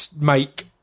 make